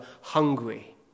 hungry